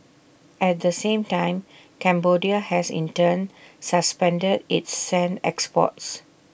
at the same time Cambodia has in turn suspended its sand exports